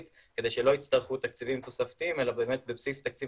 כדי שלא יצטרכו תקציבים תוספתיים אלא באמת בבסיס תקציב